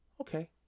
Okay